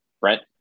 Brent